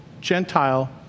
Gentile